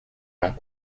long